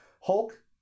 Hulk